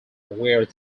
where